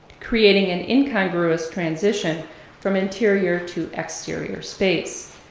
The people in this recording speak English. creating an incongruous transition from interior to exterior space.